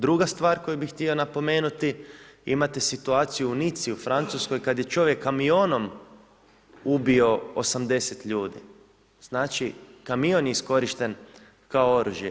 Druga stvar koju bih htio napomenuti, imate situaciju u Nici u Francuskoj kad je čovjek kamionom ubio 80 ljudi. znači kamion je iskorišten kao oružje.